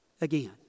again